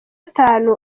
gatanu